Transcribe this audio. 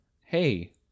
hey